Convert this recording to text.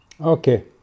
Okay